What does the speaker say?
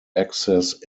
access